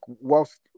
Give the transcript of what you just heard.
whilst